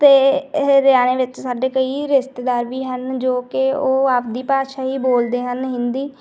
ਅਤੇ ਹਰਿਆਣੇ ਵਿੱਚ ਸਾਡੇ ਕਈ ਰਿਸ਼ਤੇਦਾਰ ਵੀ ਹਨ ਜੋ ਕਿ ਉਹ ਆਪਦੀ ਭਾਸ਼ਾ ਹੀ ਬੋਲਦੇ ਹਨ ਹਿੰਦੀ